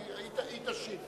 אני יודע.